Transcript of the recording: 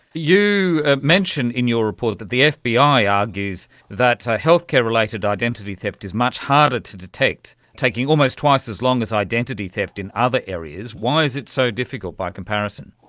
you ah mention in your report that the fbi argues that healthcare related identity theft is much harder to detect, taking almost twice as long as identity theft in other areas. why is it so difficult by comparison?